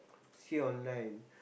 see online